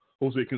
Jose